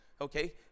Okay